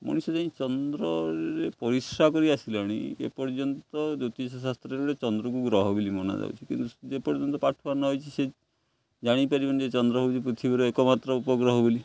ମଣିଷ ଯାଇ ଚନ୍ଦ୍ରରେ ପରିଶ୍ରା କରି ଆସିଲେଣି ଏପର୍ଯ୍ୟନ୍ତ ଜ୍ୟୋତିଷ ଶାସ୍ତ୍ରରେ ଚନ୍ଦ୍ରକୁ ଗ୍ରହ ବୋଲି ମନା ଯାଉଛି କିନ୍ତୁ ଯେପର୍ଯ୍ୟନ୍ତ ନ ହେଇଛିି ସେ ଜାଣିପାରିବନି ଯେ ଚନ୍ଦ୍ର ହେଉଛି ପୃଥିବୀର ଏକମାତ୍ର ଉପଗ୍ରହ ବୋଲି